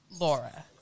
Laura